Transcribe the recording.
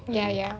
ya ya